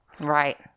Right